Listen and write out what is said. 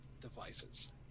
devices